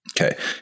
Okay